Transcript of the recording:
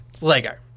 Lego